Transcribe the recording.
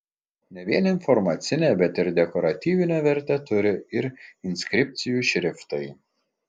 ne vien informacinę bet ir dekoratyvinę vertę turi ir inskripcijų šriftai